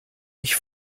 ich